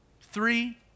Three